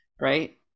right